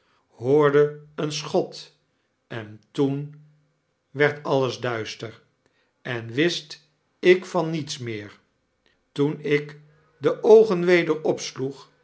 hoorde een schot en toen werd alles duister en wist ik van niets meer toen ik de oogen weder opsloeg